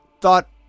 thought